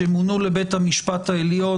שמונו לבית המשפט העליון.